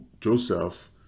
joseph